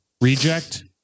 reject